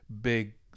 big